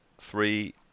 three